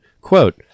quote